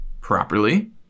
properly